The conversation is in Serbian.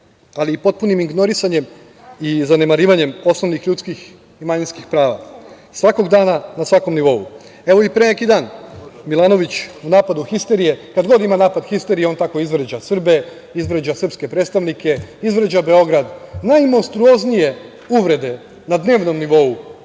ali i potpunim ignorisanjem i zanemarivanjem osnovnih ljudskih i manjinskih prava, svakog dana, na svakom nivou. Pre neki dan, Milanović u napadu histerije, kad god ima napad histerije on tako izvređa Srbe, izvređa srpske predstavnike, izvređa Beograd, najmonstruoznije uvrede na dnevnom nivou